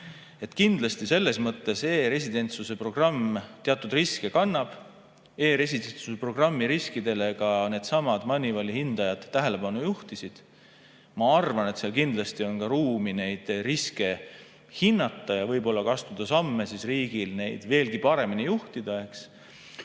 Kindlasti selles mõttes e-residentsuse programm teatud riske kannab. E-residentsuse programmi riskidele ka needsamad Moneyvali hindajad tähelepanu juhtisid. Ma arvan, et seal on kindlasti ruumi neid riske hinnata ja võib-olla ka astuda samme riigil, et [programmi] veelgi paremini juhtida.